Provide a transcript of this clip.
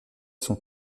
sont